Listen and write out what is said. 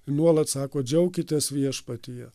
nuolat sako džiaukitės viešpatyje